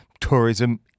tourism